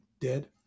dead